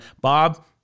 Bob